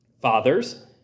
Fathers